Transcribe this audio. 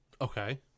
Okay